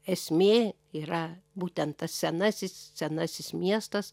esmė yra būtent tas senasis senasis miestas